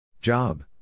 Job